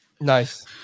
Nice